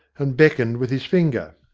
and beckoned with his finger.